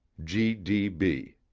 g d b.